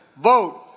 Vote